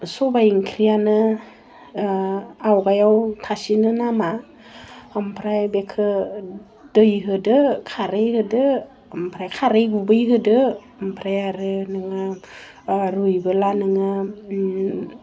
सबाय ओंख्रिनो आवगायाव थासिनो नामा आमफ्राय बेखौ दै होदो खारै होदो आमफ्राय खारै गुबै होदो आमफ्राय आरो नोङो रुयबोला नोङो